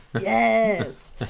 Yes